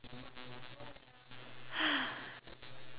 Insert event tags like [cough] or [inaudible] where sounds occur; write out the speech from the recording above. [breath]